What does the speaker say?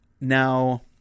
Now